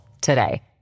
today